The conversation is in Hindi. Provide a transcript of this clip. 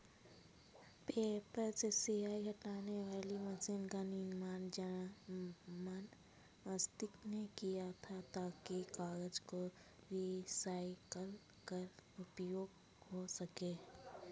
पेपर से स्याही हटाने वाली मशीन का निर्माण जर्मन व्यक्ति ने किया था ताकि कागज को रिसाईकल कर उपयोग हो सकें